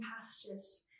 pastures